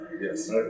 Yes